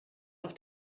auf